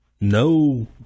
No